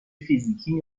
فیزیکی